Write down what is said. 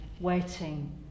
waiting